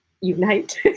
unite